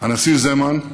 הנשיא זמאן,